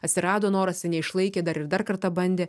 atsirado noras jisai neišlaikė dar ir dar kartą bandė